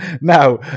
Now